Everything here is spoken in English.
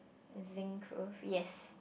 zinc roof yes